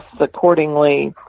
accordingly